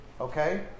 Okay